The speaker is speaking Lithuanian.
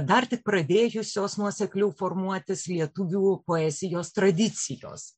dar tik pradėjusios nuosekliau formuotis lietuvių poezijos tradicijos